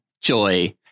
JOY